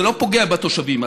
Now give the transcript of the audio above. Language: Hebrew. זה לא פוגע בתושבים.